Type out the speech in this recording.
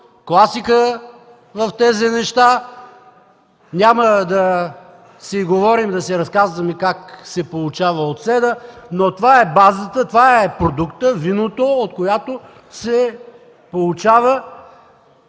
класика в тези неща. Няма да си разказваме как се получава оцетът, но това е базата, това е продуктът – виното, от което се получава